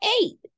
eight